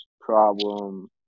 Problem